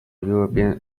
european